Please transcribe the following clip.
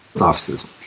offices